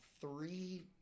three